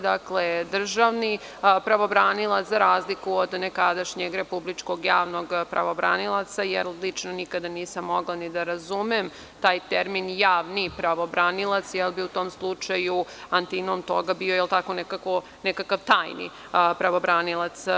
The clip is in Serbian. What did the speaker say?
Dakle, državni pravobranilac za razliku od nekadašnjeg republičkog javnog pravobranioca, jer lično nikada nisam mogla da razumem taj termin „javni pravobranilac“, jer bi u tom slučaju antinom toga bio – tajni pravobranilac.